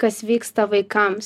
kas vyksta vaikams